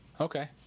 Okay